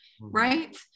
right